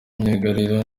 myugariro